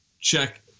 check